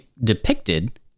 depicted